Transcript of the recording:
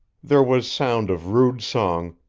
there was sound of rude song,